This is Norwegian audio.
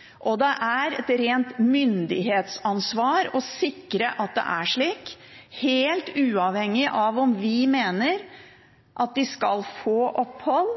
Norge. Det er et rent myndighetsansvar å sikre at det er slik, helt uavhengig av om vi mener at de skal få opphold